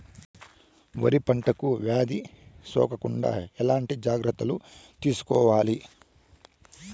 వరి పంటకు వ్యాధి సోకకుండా ఎట్లాంటి జాగ్రత్తలు తీసుకోవాలి?